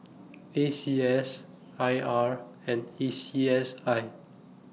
A C S I R and A C S I